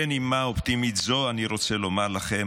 בנימה אופטימית זו אני רוצה לומר לכם,